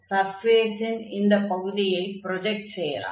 சர்ஃபேஸின் இந்தப் பகுதியை ப்ரொஜக்ட் செய்யலாம்